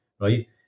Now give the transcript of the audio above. right